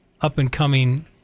up-and-coming